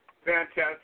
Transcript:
Fantastic